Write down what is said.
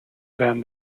than